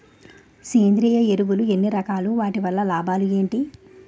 సేంద్రీయ ఎరువులు ఎన్ని రకాలు? వాటి వల్ల లాభాలు ఏంటి?